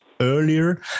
earlier